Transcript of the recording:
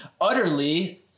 utterly